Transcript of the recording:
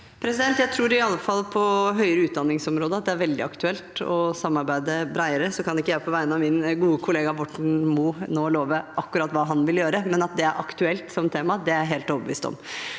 det i alle fall på høyere utdanningsområdet er veldig aktuelt å samarbeide bredere. Jeg kan ikke på vegne av min gode kollega Borten Moe nå love akkurat hva han vil gjøre, men at det er et aktuelt tema, er jeg helt overbevist om.